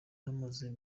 amaze